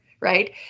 right